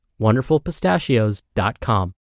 WonderfulPistachios.com